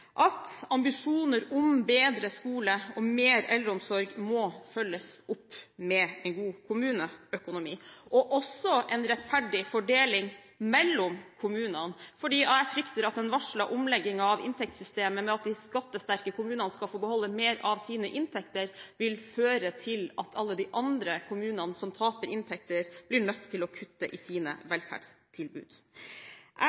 at ambisjoner om bedre skole og mer eldreomsorg må følges opp med en god kommuneøkonomi og også en rettferdig fordeling mellom kommunene. Jeg frykter at den varslede omleggingen av inntektssystemet med at de skattesterke kommunene skal få beholde mer av sine inntekter, vil føre til at alle de andre kommunene som taper inntekter, blir nødt til å kutte i sine velferdstilbud. Jeg